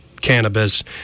cannabis